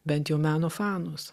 bent jau meno fanus